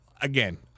again